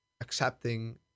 accepting